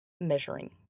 measuring